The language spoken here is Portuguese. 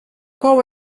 qual